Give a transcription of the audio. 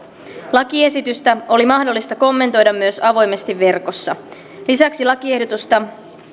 lakiesitystä oli mahdollista kommentoida myös avoimesti verkossa lisäksi lakiehdotusta